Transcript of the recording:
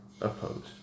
opposed